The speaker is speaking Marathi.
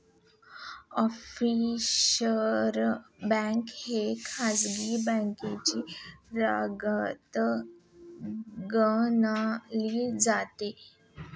ऑफशोअर बँक ही खासगी बँकांच्या रांगेत गणली जाते